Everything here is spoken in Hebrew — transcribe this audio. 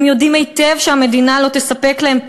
הם יודעים היטב שהמדינה לא תספק להם את